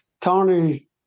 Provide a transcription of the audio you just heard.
Tony